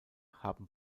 haben